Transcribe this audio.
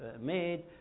made